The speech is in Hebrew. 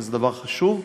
וזה דבר חשוב,